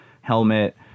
helmet